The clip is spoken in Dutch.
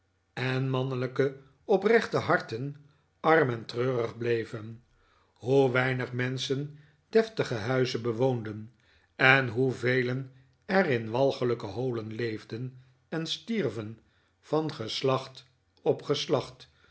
en mannelijke oprechte harten arm en treurig bleven hoe weinig menschen deftige huizen bewoonden en hoevelen er in walgelijke holen leefden en stierven van geslacht